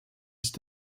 ist